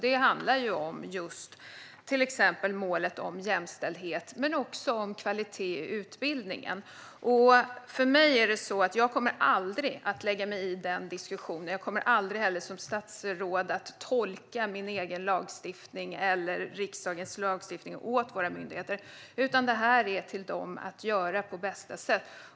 Det handlar om just målet om jämställdhet, exempelvis, men också om kvalitet i utbildningen. Jag kommer aldrig att lägga mig i den diskussionen. Jag kommer heller aldrig att som statsråd tolka min egen lagstiftning eller riksdagens lagstiftning åt våra myndigheter, utan det är upp till dem att göra detta på bästa sätt.